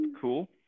cool